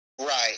Right